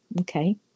okay